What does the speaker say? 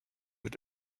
mit